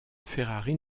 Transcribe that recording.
ferrari